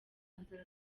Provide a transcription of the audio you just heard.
nzara